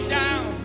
down